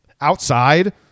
outside